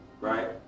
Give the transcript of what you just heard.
right